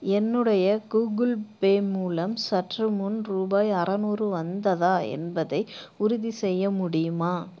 என்னுடைய Google Pay மூலம் சற்றுமுன் ரூபாய் அறநூறு வந்ததா என்பதை உறுதி செய்ய முடியுமா